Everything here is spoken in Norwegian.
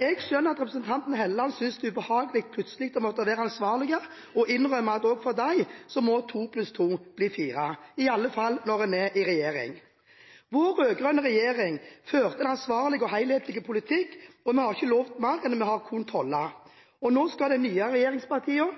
Jeg skjønner at representanten Helleland synes det er ubehagelig plutselig å måtte være ansvarlig og innrømme at også for dem må to pluss to bli fire, i alle fall når en er i regjering. Vår rød-grønne regjering førte en ansvarlig og helhetlig politikk, og vi har ikke lovet mer enn vi har kunnet holde. Nå skal de nye regjeringspartiene,